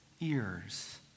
ears